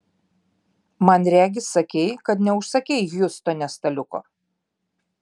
man regis sakei kad neužsakei hjustone staliuko